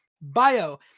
bio